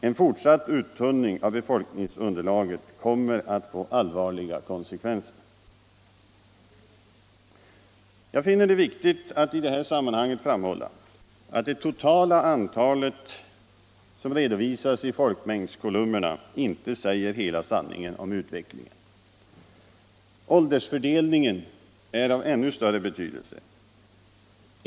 En fortsatt uttunning av befolkningsunderlaget kommer att få allvarliga konsekvenser. Jag finner det viktigt att i det här sammanhanget framhålla att det totala antal som redovisas i folkmängdskolumnerna inte säger hela sanningen om utvecklingen. Åldersfördelningen är av ännu större betydelse.